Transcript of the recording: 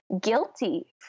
guilty